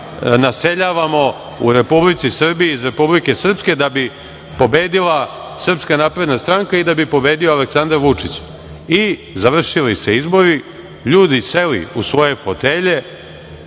naseljavamo u Republici Srbiji iz Republike Srpske da bi pobedila SNS i da bi pobedio Aleksandar Vučić. Završili se izbori, ljudi seli u svoje fotelje,